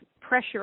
pressure